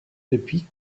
depuis